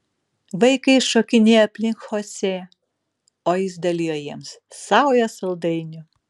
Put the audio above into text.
vaikai šokinėjo aplink chosė o jis dalijo jiems saujas saldainių